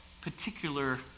particular